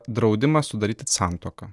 draudimas sudaryti santuoką